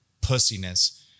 pussiness